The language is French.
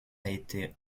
été